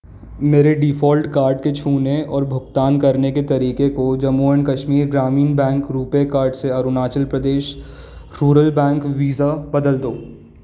मेरे default card के छूने और भुगतान करने के तरीके को Jammu and Kashmir Gramin bank RuPay card से Arunachal Pradesh rural bank Visa बदल दो